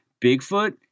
Bigfoot